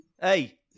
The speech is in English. Hey